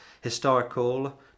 Historical